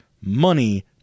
money